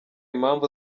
impamvu